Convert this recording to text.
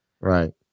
Right